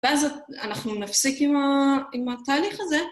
ואז אנחנו נפסיק עם התהליך הזה.